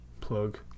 Plug